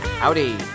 Howdy